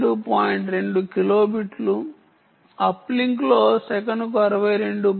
2 కిలోబిట్లు అప్లింక్లో సెకనుకు 62